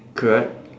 correct